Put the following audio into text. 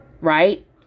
right